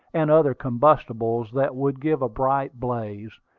and other combustibles that would give a bright blaze,